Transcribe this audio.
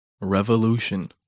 Revolution